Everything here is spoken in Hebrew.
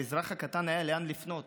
לאזרח הקטן היה לאן לפנות.